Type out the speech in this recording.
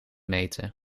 meten